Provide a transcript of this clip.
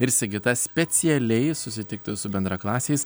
ir sigita specialiai susitikti su bendraklasiais